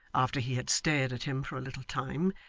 after he had stared at him for a little time,